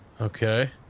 Okay